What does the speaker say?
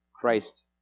Christ